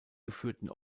geführten